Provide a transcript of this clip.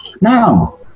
Now